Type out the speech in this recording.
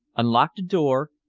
unlocked a door,